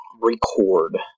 record